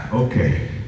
Okay